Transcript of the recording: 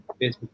Facebook